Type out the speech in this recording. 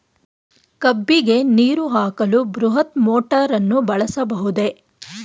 ಕಬ್ಬಿಗೆ ನೀರು ಹಾಕಲು ಬೃಹತ್ ಮೋಟಾರನ್ನು ಬಳಸಬಹುದೇ?